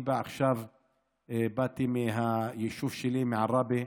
אני עכשיו באתי מהיישוב שלי, מעראבה.